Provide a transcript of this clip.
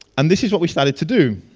and this is what we started to do